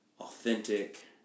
authentic